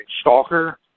stalker